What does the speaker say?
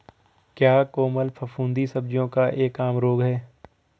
क्या कोमल फफूंदी सब्जियों का एक आम रोग है?